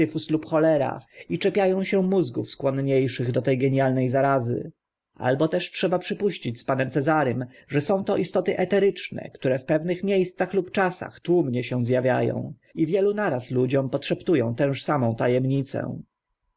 cholera i czepia ą się mózgów skłonnie szych do te genialne zarazy albo też trzeba przypuścić z panem cezarym że to są istoty eteryczne które w pewnych mie scach lub czasach tłumnie się z awia ą i wielu na raz ludziom podszeptu ą tęż samą ta